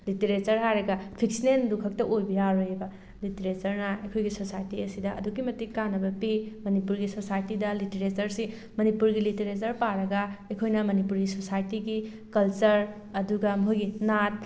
literature ꯍꯥꯏꯔꯒ ꯐꯤꯛꯅꯦꯜꯗꯨ ꯈꯛꯇ ꯑꯣꯏꯕ ꯌꯥꯔꯣꯏꯌꯦꯕ ꯂꯤꯇꯔꯦꯆꯔꯅ ꯑꯩꯈꯣꯏꯒꯤ ꯁꯣꯁꯥꯏꯇꯤ ꯑꯁꯤꯗ ꯑꯗꯨꯛꯀꯤ ꯃꯇꯤꯛ ꯀꯥꯅꯕ ꯄꯤ ꯃꯅꯤꯄꯨꯔꯒꯤ ꯁꯣꯁꯥꯏꯇꯤꯗ ꯂꯤꯇꯔꯦꯆꯔꯁꯤ ꯃꯅꯤꯄꯨꯔꯒꯤ ꯂꯤꯇꯔꯦꯆꯔ ꯄꯥꯔꯒ ꯑꯩꯈꯣꯏꯅ ꯃꯅꯤꯄꯨꯔꯤ ꯁꯣꯁꯥꯏꯇꯤꯒꯤ ꯀꯜꯆꯔ ꯑꯗꯨꯒ ꯃꯣꯏꯒꯤ ꯅꯥꯠ